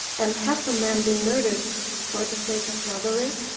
and had the man been murdered for the sake of robbery?